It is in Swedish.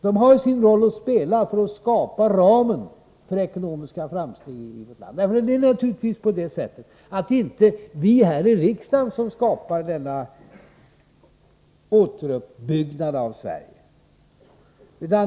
De har dock sin roll att spela för att skapa ramen för ekonomiska framsteg i vårt land. Det är naturligtvis inte vi här i riksdagen som åstadkommer återuppbyggnaden av Sverige.